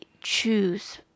choose